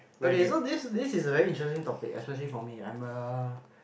okay so this this is a very interesting topic especially for me I'm a